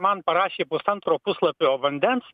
man parašė pusantro puslapio vandens